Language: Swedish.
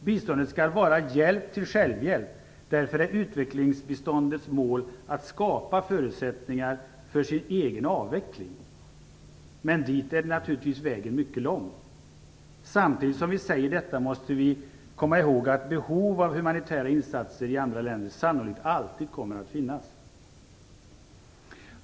Biståndet skall vara hjälp till självhjälp. Därför är utvecklingsbiståndets mål att skapa förutsättningar för sin egen avveckling. Men dit är naturligtvis vägen mycket lång. Samtidigt som vi säger detta måste vi komma ihåg att behov av humanitära insatser i andra länder sannolikt alltid kommer att finnas.